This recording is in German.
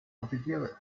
offiziere